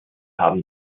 haben